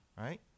right